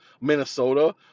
Minnesota